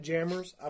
Jammers